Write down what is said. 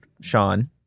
Sean